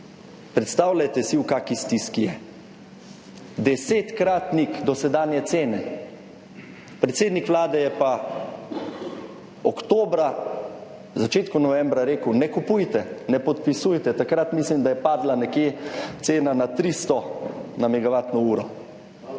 Predstavljajte si, v kakšni stiski je. Desetkratnik dosedanje cene. Predsednik Vlade je pa oktobra, v začetku novembra rekel, ne kupujte, ne podpisujte, takrat mislim, da je padla nekje cena na 300 na megavatno uro,